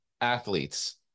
athletes